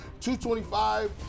225